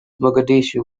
mogadishu